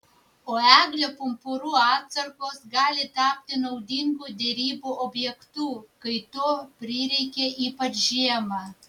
o eglių pumpurų atsargos gali tapti naudingu derybų objektu kai to prireikia ypač žiemą